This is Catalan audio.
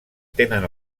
tenen